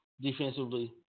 defensively